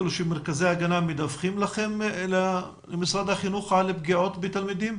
כאילו שמרכזי ההגנה מדווחים למשרד החינוך על פגיעות בתלמידים?